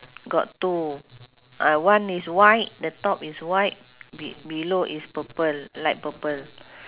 got two ah one is white the top is white be~ below is purple light purple